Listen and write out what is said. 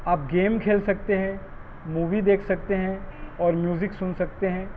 آپ گیم کھیل سکتے ہیں مووی دیکھ سکتے ہیں اور میوزک سن سکتے ہیں